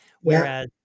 Whereas